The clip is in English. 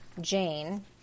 Jane